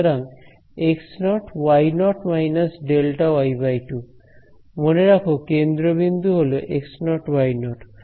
সুতরাং x0 y0 − Δy2 মনে রাখো কেন্দ্রবিন্দু হল x0 y0